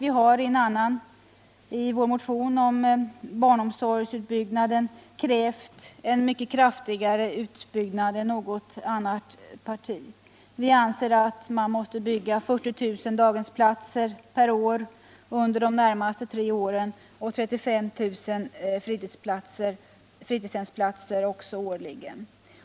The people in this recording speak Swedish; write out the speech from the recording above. Vi har i vår motion om barn omsorgsutbyggnaden krävt en mycket kraftigare utbyggnad än något annat parti. Enligt vår mening måste man bygga 40 000 daghemsplatser per år under de närmaste tre åren samt 35 000 fritidshemsplatser årligen.